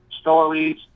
stories